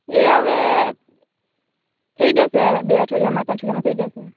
એ હવે થઈ જશે બે અઠવાડિયામાં ત્રણ અઠવાડિયામાં થઈ જશે